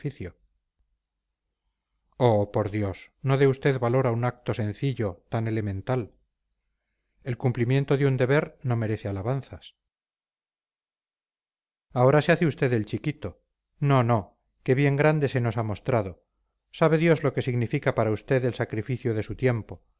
oh por dios no dé usted valor a un acto tan sencillo tan elemental el cumplimiento de un deber no merece alabanzas ahora se hace usted el chiquito no no que bien grande se nos ha mostrado sabe dios lo que significa para usted el sacrificio de su tiempo